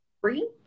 free